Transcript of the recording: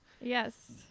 Yes